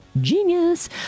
Genius